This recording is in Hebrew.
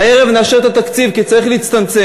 הערב נאשר את התקציב, כי צריך להצטמצם.